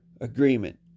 agreement